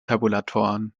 tabulatoren